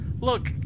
look